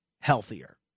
healthier